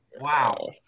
Wow